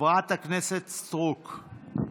חברת הכנסת סטרוק,